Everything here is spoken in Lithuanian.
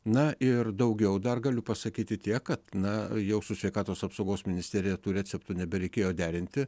na ir daugiau dar galiu pasakyti tiek kad na jau su sveikatos apsaugos ministerija tų receptų nebereikėjo derinti